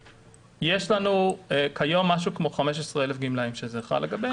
כיום יש לנו משהו כמו 15,000 גמלאים שזה חל עליהם.